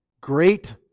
Great